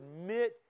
admit